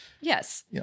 Yes